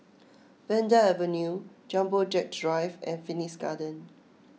Vanda Avenue Jumbo Jet Drive and Phoenix Garden